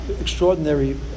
extraordinary